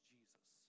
Jesus